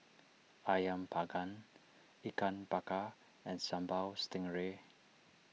Ayam Panggang Ikan Bakar and Sambal Stingray